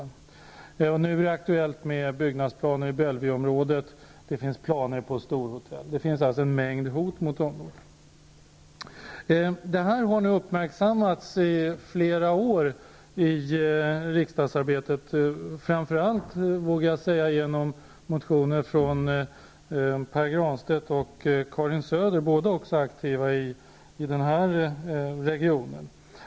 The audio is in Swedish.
Nu är det aktuellt med byggnadsplaner för Bellevue-området, och det finns planer på storhotell. Det finns alltså en mängd hot mot området. Detta har nu uppmärksammats i riksdagsarbetet i flera år, framför allt genom motioner av Pär Granstedt och Karin Söder, som båda är aktiva i den här regionen.